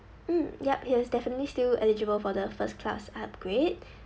mm yup he's definitely still eligible for the first class upgrade